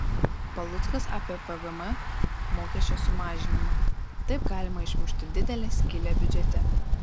paluckas apie pvm mokesčio sumažinimą taip galima išmušti didelę skylę biudžete